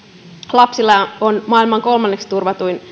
lapsilla on maailman kolmanneksi turvatuin